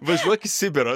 važiuok į sibirą